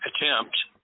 attempt